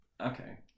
okay